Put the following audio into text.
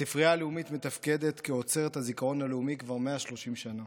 הספרייה הלאומית מתפקדת כאוצרת הזיכרון הלאומי כבר 130 שנה.